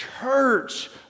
church